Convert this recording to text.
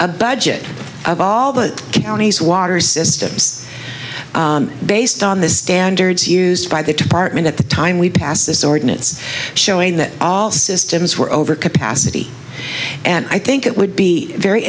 a budget of all the counties water systems based on the standards used by the department at the time we passed this ordinance showing that all systems were overcapacity and i think it would be very